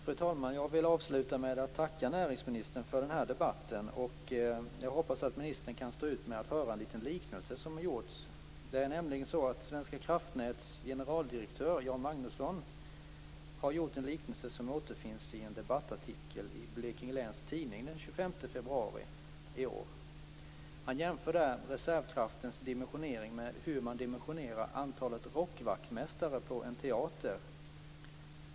Fru talman! Jag vill avsluta med att tacka näringsministern för den här debatten. Jag hoppas att ministern kan stå ut med en liknelse som gjorts om reservkraften. Svenska Kraftnäts generaldirektör Jan Magnusson har gjort en liknelse som återfinns i en debattartikel i Blekinge Läns Tidning den 25 februari i år. Han jämför där reservkraftens dimensionering med hur man dimensionerar antalet rockvaktmästare på en teater.